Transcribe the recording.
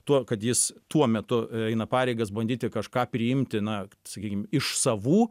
tuo kad jis tuo metu eina pareigas bandyti kažką priimti na sakykim iš savų